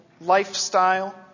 lifestyle